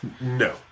no